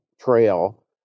trail